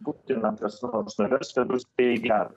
putiną kas nors nuvers tai bus tai į gera